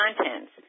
contents